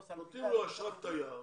תנו לו אשרת תייר